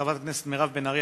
חברת הכנסת מירב בן ארי,